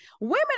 women